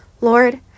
Lord